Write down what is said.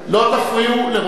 נא להוציא את חבר הכנסת מולה.